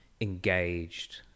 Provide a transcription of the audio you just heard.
engaged